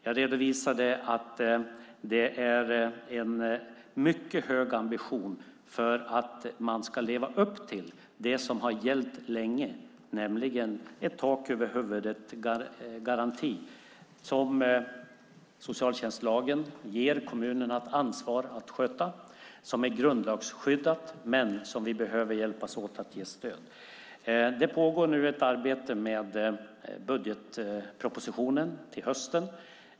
Jag redovisade att det finns en mycket hög ambition för att man ska leva upp till det som gällt länge, nämligen en tak-över-huvudet-garanti som socialtjänstlagen ger kommunerna ansvaret för att sköta. Det är grundlagsskyddat, men vi behöver hjälpas åt med att ge stöd. Det pågår nu ett arbete med höstens budgetproposition.